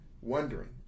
wondering